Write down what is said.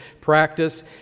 practice